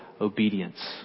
obedience